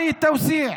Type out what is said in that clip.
השופט